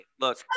Look